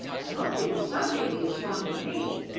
i hope they will some day be as fond of me.